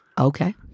Okay